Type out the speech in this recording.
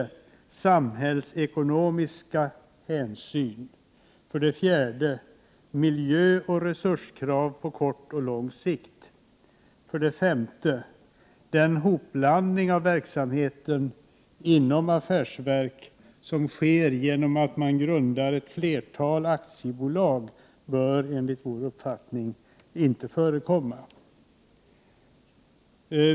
Samhällsekonomiska hänsyn. Miljöoch resurskrav på kort och lång sikt. 5. Den hopblandning av verksamhet inom affärsverk som sker genom att man grundar ett flertal aktiebolag bör inte förekomma.